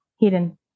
hidden